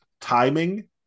timing